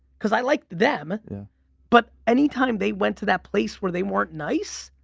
cause i liked them but anytime they went to that place where they weren't nice,